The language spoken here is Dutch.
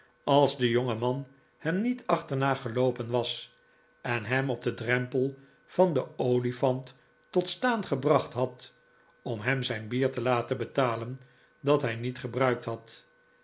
als de jonge man hem niet achterna geloopen was en hem op den drempel van de olifant tot staan gebracht had om hem zijn bier te laten betalen dat hij niet gebruikt had